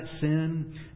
sin